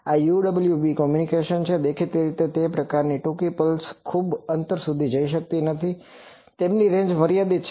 તો આ UWB communication છે દેખીતી રીતે આ પ્રકારની ટૂંકી પલ્સ ખૂબ અંતર સુધી જતી નથી તેમની રેંજ મર્યાદિત છે